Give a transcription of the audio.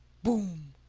boom!